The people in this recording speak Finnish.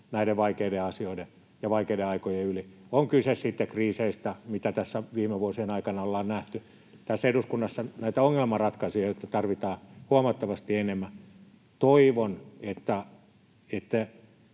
näiden vaikeiden asioiden ja vaikeiden aikojen yli, on kyse sitten kriiseistä, mitä tässä viime vuosien aikana ollaan nähty. Tässä eduskunnassa näitä ongelmanratkaisijoita tarvitaan huomattavasti enemmän. Toivon, että